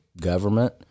government